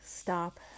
stop